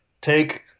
take